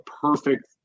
perfect